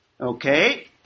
Okay